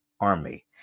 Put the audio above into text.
army